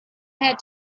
had